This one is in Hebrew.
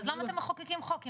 אז למה אתם מחוקקים חוק?